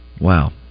Wow